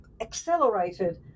accelerated